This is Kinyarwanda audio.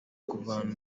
kuvana